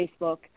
Facebook